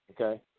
Okay